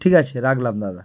ঠিক আছে রাখলাম দাদা